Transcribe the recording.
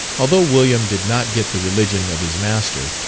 although william did not get the religion of his master,